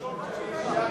רק תרשום, אני הייתי בעד,